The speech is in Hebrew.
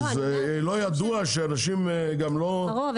זה לא ידוע שאנשים גם לא --- ברור,